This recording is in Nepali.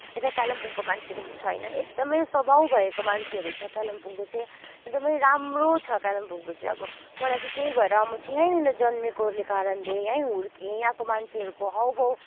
यता कालिम्पोङको मान्छेको त छैन एकदमै स्वभाव भएको मान्छेहरू छ कालिम्पोङको चाहिँ एकदमै राम्रो छ कालिम्पोङको चाहिँ अब मलाई चाहिँ त्यही भएर म चाहिँ यहीँनिर जन्मिएकोहरूले कारणले यहीँ हुर्किएँ यहाँको मान्छेहरूको हाउभाउ